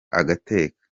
agateka